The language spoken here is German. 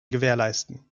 gewährleisten